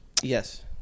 Yes